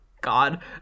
god